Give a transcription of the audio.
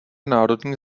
národní